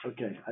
Okay